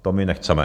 To my nechceme.